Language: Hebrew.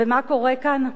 ומה קורה כאן?